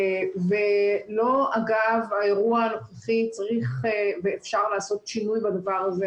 לא אגב האירוע הנוכחי צריך ואפשר לעשות שינוי בדבר הזה.